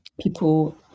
people